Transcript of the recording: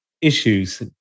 issues